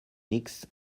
nichts